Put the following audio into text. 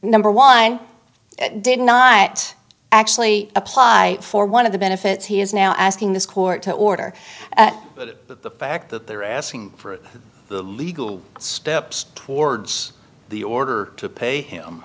ber one did not actually apply for one of the benefits he is now asking this court to order that the fact that they're asking for the legal steps towards the order to pay him